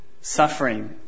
suffering